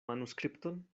manuskripton